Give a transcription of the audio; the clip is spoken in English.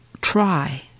try